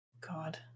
god